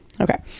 Okay